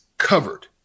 covered